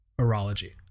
urology